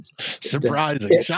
Surprising